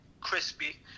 crispy